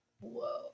Whoa